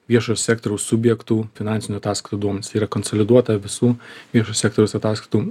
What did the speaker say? viešojo sektoriaus subjektų finansinių ataskaitų duomenys yra konsoliduota visų viešojo sektoriaus ataskaitų